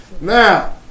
Now